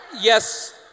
Yes